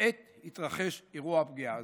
בעת התרחש אירוע הפגיעה.